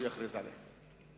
שהוא יכריז עליה.